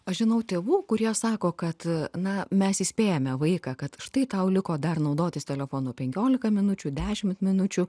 aš žinau tėvų kurie sako kad na mes įspėjame vaiką kad štai tau liko dar naudotis telefonu penkiolika minučių dešimt minučių